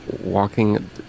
walking